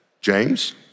James